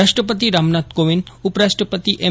રાષ્ટ્રપતિ રાયનાથ કોવિંદ ઉપરાષ્ટ્રપતિ એમ